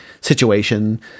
situation